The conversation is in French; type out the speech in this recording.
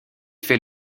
fait